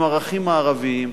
עם ערכים מערביים,